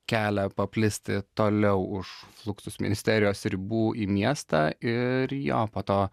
kelią paplisti toliau už fluksus ministerijos ribų į miestą ir jo po to